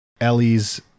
Ellie's